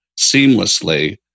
seamlessly